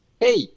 hey